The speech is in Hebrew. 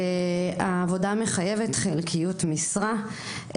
העבודה מחייבת חלקיות משרה.